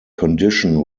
condition